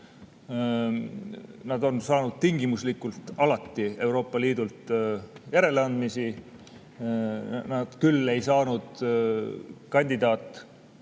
Nad on saanud tingimuslikult alati Euroopa Liidult järeleandmisi. Nad küll ei saanud kandidaatriigi